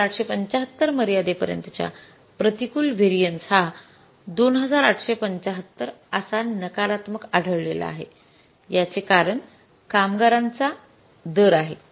३८७५ मर्यादेपर्यंतच्या प्रतिकूल व्हेरिएन्स हा २८७५ असा नकारात्मक आढळलेला आहे याचे कारण कामगारांचा दर आहे